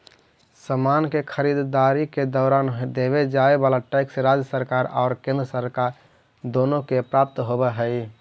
समान के खरीददारी के दौरान देवे जाए वाला टैक्स राज्य सरकार और केंद्र सरकार दोनो के प्राप्त होवऽ हई